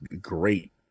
great